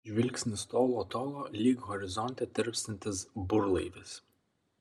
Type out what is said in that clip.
žvilgsnis tolo tolo lyg horizonte tirpstantis burlaivis